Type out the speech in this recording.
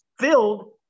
filled